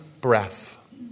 breath